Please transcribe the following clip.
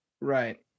right